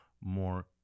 more